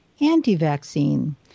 anti-vaccine